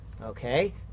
okay